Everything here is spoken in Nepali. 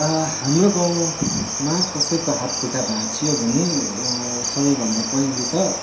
हाम्रो गाउँमा कसैको हातखुट्टा भाँचियो भने सबैभन्दा पहिले त